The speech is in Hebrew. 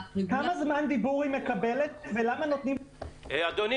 כמה זמן דיבור היא מקבלת ולמה נותנים לאנשים --- אדוני,